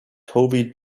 toby